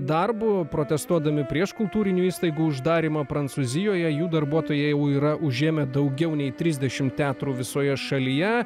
darbu protestuodami prieš kultūrinių įstaigų uždarymą prancūzijoje jų darbuotojai jau yra užėmę daugiau nei trisdešimt teatrų visoje šalyje